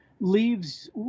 leaves